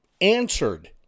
answered